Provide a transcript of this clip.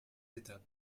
étapes